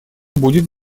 будет